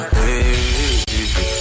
baby